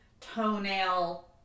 toenail